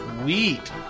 Sweet